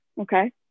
okay